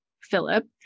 Philip